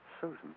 Susan